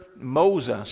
Moses